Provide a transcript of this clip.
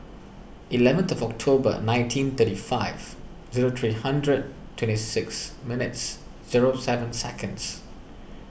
eleventh of October nineteen thirty five zero three hundred twenty six minutes zero seven seconds